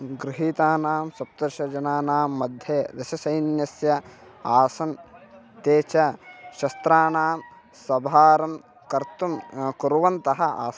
गृहीतानां सप्तदशजनानां मध्ये दशसैन्यस्य आसन् ते च शस्त्राणां सभारं कर्तुं कुर्वन्तः आसन्